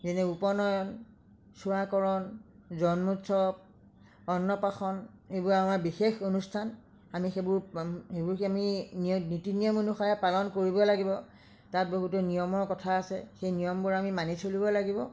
যেনে উপনয়ন চুৱাকৰণ জন্মোৎসৱ অন্নপ্ৰাশন এইবোৰ আমাৰ বিশেষ অনুষ্ঠান আমি সেইবোৰ এইবোৰ আমি নীতি নিয়ম অনুসৰি পালন কৰিবই লাগিব তাত বহুতো নিয়মৰ কথা আছে সেই নিয়মবোৰ আমি মানি চলিব লাগিব